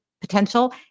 potential